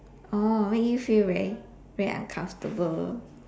oh make you feel very very uncomfortable